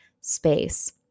space